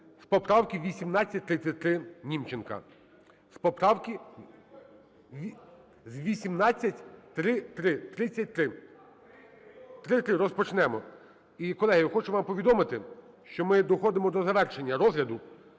з поправки 1833 Німченка. З поправки, з 1833. 33: три-три. Розпочнемо. І, колеги, хочу вам повідомити, що ми доходимо до завершення розгляду